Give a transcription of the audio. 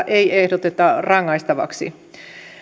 ei ehdoteta rangaistavaksi